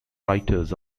writers